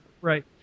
Right